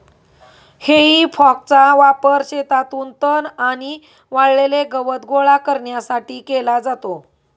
हेई फॉकचा वापर शेतातून तण आणि वाळलेले गवत गोळा करण्यासाठी केला जातो